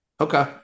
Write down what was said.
Okay